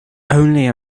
only